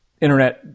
internet